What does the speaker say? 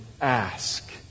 ask